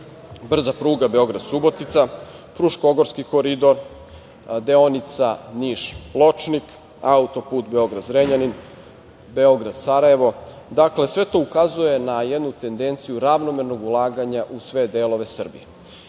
brza pruga Beograd-Subotica, Fruškogorski koridor, deonica Niš-Pločnik, auto-put Beograd-Zrenjanin, Beograd-Sarajevo. Sve to ukazuje na jednu tendenciju ravnomernog ulaganja u sve delove Srbije.